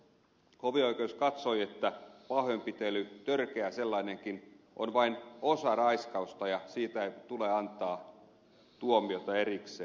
hovioikeus katsoi että pahoinpitely törkeä sellainenkin on vain osa raiskausta ja siitä ei tule antaa tuomiota erikseen